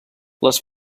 les